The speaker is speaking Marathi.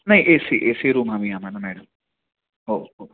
नाही A C A C room आम्ही आम्हाला मॅडम हो हो